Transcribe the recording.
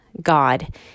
God